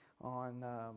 On